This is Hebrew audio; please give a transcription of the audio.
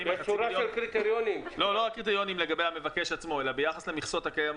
אני לא מתכוון לקריטריונים לגבי המבקש עצמו אלא ביחס למכסות הקיימות.